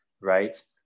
right